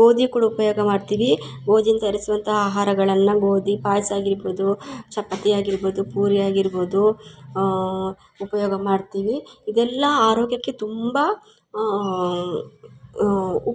ಗೋಧಿ ಕೂಡ ಉಪಯೋಗ ಮಾಡ್ತೀವಿ ಗೋಧಿಯಿಂದ ತಯಾರಿಸುವಂತಹ ಆಹಾರಗಳನ್ನು ಗೋಧಿ ಪಾಯಸ ಆಗಿರ್ಬೋದು ಚಪಾತಿ ಆಗಿರ್ಬೋದು ಪೂರಿ ಆಗಿರ್ಬೋದು ಉಪಯೋಗ ಮಾಡ್ತೀವಿ ಇದೆಲ್ಲಾ ಆರೋಗ್ಯಕ್ಕೆ ತುಂಬ ಉಪ